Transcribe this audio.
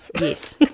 Yes